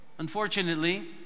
unfortunately